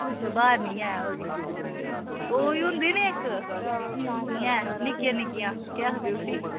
अच्छा बाह्र निं ऐ ओह्दी ओह् बी होंदी नीं इक निक्कियां निक्कियां केह् आखदे उसी